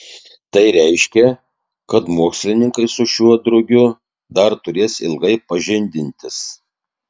tai reiškia kad mokslininkai su šiuo drugiu dar turės ilgai pažindintis